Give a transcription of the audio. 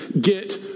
get